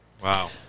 Wow